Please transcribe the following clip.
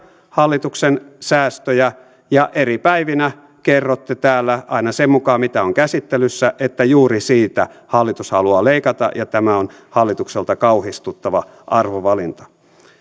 hallituksen säästöjä ja eri päivinä kerrotte täällä aina sen mukaan mitä on käsittelyssä että juuri siitä hallitus haluaa leikata ja tämä on hallitukselta kauhistuttava arvovalinta